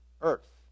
earth